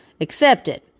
accepted